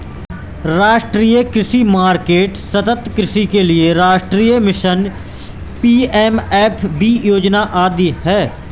राष्ट्रीय कृषि मार्केट, सतत् कृषि के लिए राष्ट्रीय मिशन, पी.एम.एफ.बी योजना आदि है